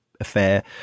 affair